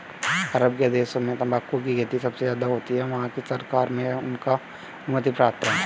अरब के देशों में तंबाकू की खेती सबसे ज्यादा होती है वहाँ की सरकार से उनको अनुमति प्राप्त है